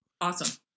Awesome